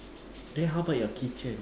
then how about your kitchen